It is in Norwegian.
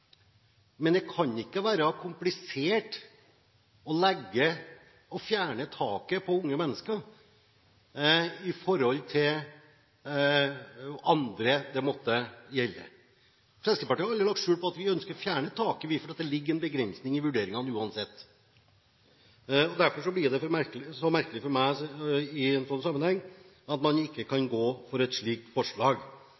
men det kan ikke være mer komplisert å fjerne taket for unge mennesker enn for andre det måtte gjelde. Fremskrittspartiet har aldri lagt skjul på at vi ønsker å fjerne taket, fordi det ligger en begrensning i vurderingene uansett. Derfor blir det så merkelig for meg i en sånn sammenheng at man ikke kan